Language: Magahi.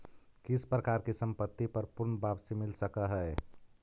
किस प्रकार की संपत्ति पर पूर्ण वापसी मिल सकअ हई